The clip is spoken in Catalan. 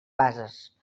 bases